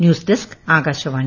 news desk Akashvani